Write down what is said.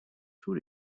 tous